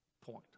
point